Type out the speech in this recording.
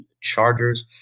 chargers